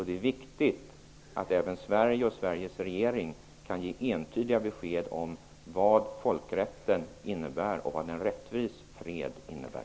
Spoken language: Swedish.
Det är viktigt att även Sveriges regering kan ge entydiga besked om vad folkrätt och en rättvis fred innebär.